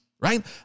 right